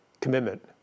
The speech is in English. commitment